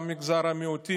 גם מגזר המיעוטים,